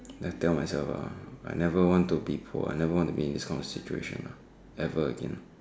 then I tell myself ah I never want to be poor I never want to be in this kind of situation lah ever again